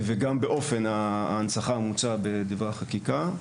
וגם באופן ההנצחה המוצעת בדברי החקיקה.